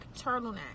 turtleneck